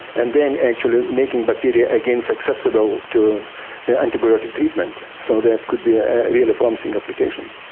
and then actually making bacteria again susceptible to antibiotic treatment, so that could be a really promising application.